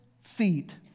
feet